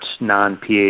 non-PH